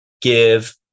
give